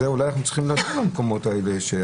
אולי אנחנו צריכים ללכת למקומות האלה,